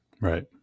Right